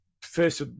First